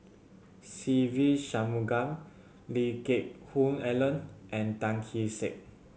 Se Ve Shanmugam Lee Geck Hoon Ellen and Tan Kee Sek